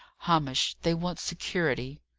hamish, they want security.